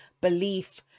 belief